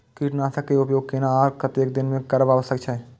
कीटनाशक के उपयोग केना आर कतेक दिन में करब आवश्यक छै?